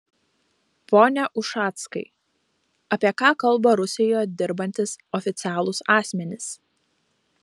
pone ušackai apie ką kalba rusijoje dirbantys oficialūs asmenys